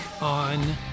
on